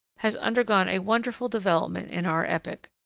has undergone a wonderful development in our epoch.